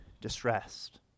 distressed